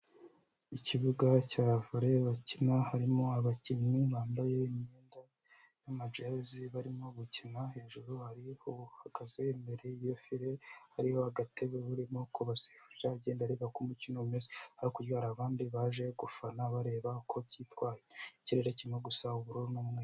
Ikibuga cya vole bakina harimo abakinnyi bambaye imyenda y'amajezi barimo gukina, hejuru hari uhagaze imbere ya file hariho agatebe urimo kubasifurira agenda areba uko umukino umeze, hakurya hari abandi baje gufana bareba uko byitwaye, ikirere kirimo gusa uburu n'umweru.